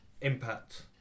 impact